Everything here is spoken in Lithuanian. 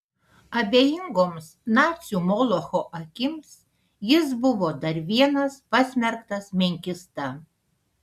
abejingoms nacių molocho akims jis buvo dar vienas pasmerktas menkysta